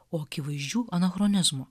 o akivaizdžių anachronizmų